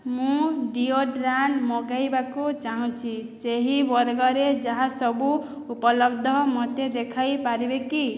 ମୁଁ ଡିଓଡ୍ରାଣ୍ଟ ମଗାଇବାକୁ ଚାହୁଁଛି ସେହି ବର୍ଗରେ ଯାହା ସବୁ ଉପଲବ୍ଧ ମୋତେ ଦେଖାଇ ପାରିବେ କି